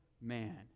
man